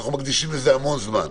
אנחנו מקדישים לזה המון זמן.